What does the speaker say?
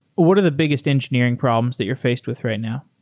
what are the biggest engineering problems that you're faced with right now?